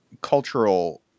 cultural